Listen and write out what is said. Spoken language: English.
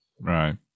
Right